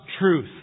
truth